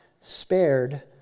spared